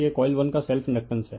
यह कॉइल 1 का self inductance है